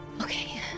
Okay